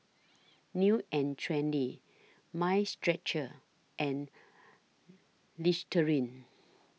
New and Trendy Mind Stretcher and Listerine